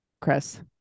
Chris